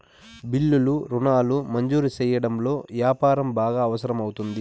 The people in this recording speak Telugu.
బిల్లులు రుణాలు మంజూరు సెయ్యడంలో యాపారం బాగా అవసరం అవుతుంది